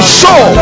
show